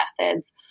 methods